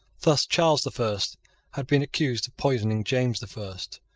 thus charles the first had been accused of poisoning james the first.